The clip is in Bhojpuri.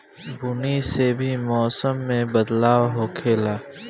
बुनी से भी मौसम मे बदलाव होखेले